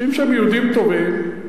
יושבים שם יהודים טובים,